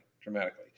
dramatically